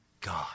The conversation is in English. God